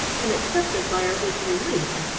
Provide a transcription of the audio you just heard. been accepted by her with relief.